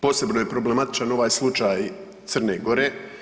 Posebno je problematičan ovaj slučaj Crne Gore.